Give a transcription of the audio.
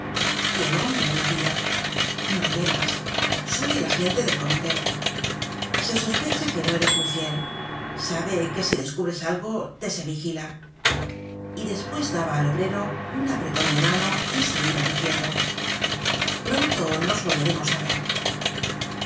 y el hombre añadia no temas soy el agente del comité se sospecha que no eres muy fiel sabe que si descubres algo te se vigila y despues daba al obrero un apreton de mano y se iba diciendo pronto nos volveremos á ver